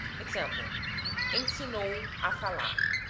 example ensinou a falar.